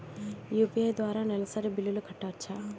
UPI ద్వారా నెలసరి బిల్లులు కట్టవచ్చా?